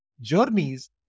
journeys